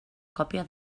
còpia